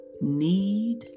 need